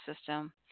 system